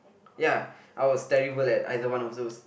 ya I was terrible at either one of those